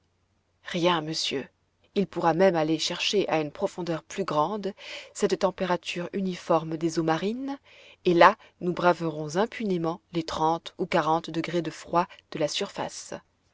rien monsieur il pourra même aller chercher à une profondeur plus grande cette température uniforme des eaux marines et là nous braverons impunément les trente ou quarante degrés de froid de la surface